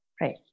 Right